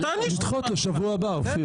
נסגור את הוועדה ושיבואו בשבוע הבא.